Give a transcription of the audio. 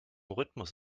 rhythmus